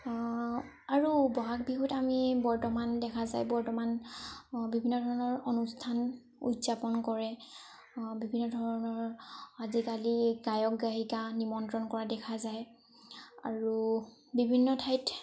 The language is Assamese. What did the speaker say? আৰু বহাগ বিহুত আমি বৰ্তমান দেখা যায় বৰ্তমান বিভিন্ন ধৰণৰ অনুষ্ঠান উদযাপন কৰে বিভিন্ন ধৰণৰ আজিকালি গায়ক গায়িকা নিমন্ত্ৰণ কৰা দেখা যায় আৰু বিভিন্ন ঠাইত